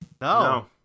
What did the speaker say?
No